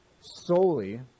solely